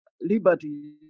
liberty